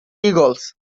eagles